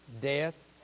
Death